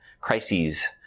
crises